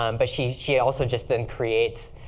um but she she also just then creates,